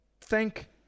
thank